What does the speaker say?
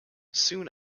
soon